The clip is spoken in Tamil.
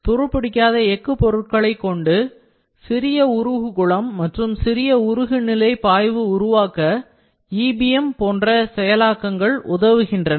துருபிடிக்காத எக்கு பொருட்களைக்கொண்டு சிறிய உருகு குளம் மற்றும் சிறிய உருகுநிலை பாய்வு உருவாக்க EBM போன்ற செயலாக்கங்கள் உதவுகின்றன